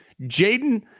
Jaden